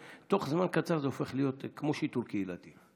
תוך זמן קצר זה הופך להיות כמו שיטור קהילתי.